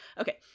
okay